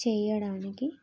చెయ్యడానికి